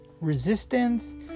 resistance